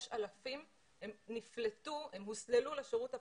יש אלפים, הם נפלטו, הם הוסללו לשירות הפרטי.